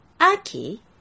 Aki